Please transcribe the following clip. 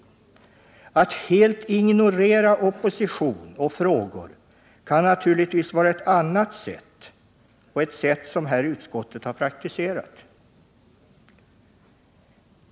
Att helt ignorera opposition och frågor kan naturligtvis vara ett annat sätt — ett sätt som utskottet här praktiserat.